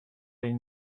این